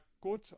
good